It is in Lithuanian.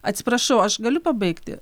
atsiprašau aš galiu pabaigti